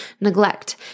neglect